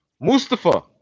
Mustafa